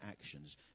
actions